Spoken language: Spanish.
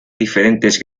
diferentes